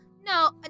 no